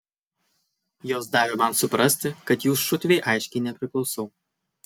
jos davė man suprasti kad jų šutvei aiškiai nepriklausau